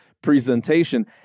presentation